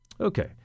Okay